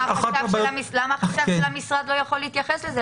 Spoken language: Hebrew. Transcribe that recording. למה המשרד לא יכול להתייחס לזה?